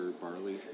barley